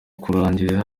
kurangira